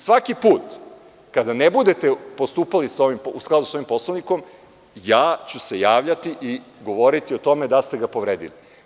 Svaki put kada ne budete postupali u skladu sa ovim Poslovnikom, ja ću se javljati i govoriti o tome da ste ga povredili.